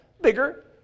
bigger